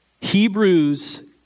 Hebrews